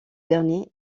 dernier